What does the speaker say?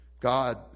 God